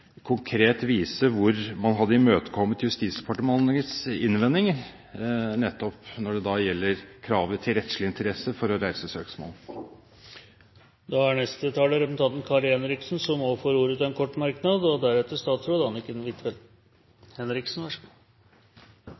hvor man hadde imøtekommet Justisdepartementets innvendinger nettopp når det gjelder kravet til rettslig interesse for å reise søksmål. Representanten Kari Henriksen har hatt ordet to ganger tidligere og får ordet til en kort merknad,